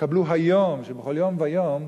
שהתקבלו היום, שבכל יום ויום,